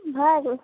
भय गेल